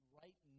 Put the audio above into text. right